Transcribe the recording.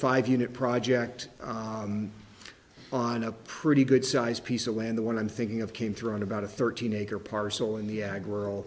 five unit project on a pretty good sized piece of land the one i'm thinking of came through on about a thirteen acre parcel in the agora